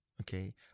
okay